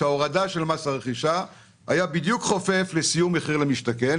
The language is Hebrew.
שהורדה של מס רכישה הייתה בדיוק חופפת לסיום מחיר למשתכן,